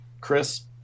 Chris